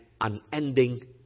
unending